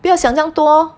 不要想这样多